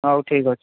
ହଉ ଠିକ୍ ଅଛି